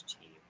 team